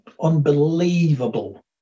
unbelievable